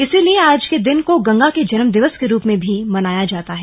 इसलिए आज के दिन को गंगा के जन्मदिवस के रूप में भी मनाया जाता है